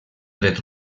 dret